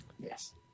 Yes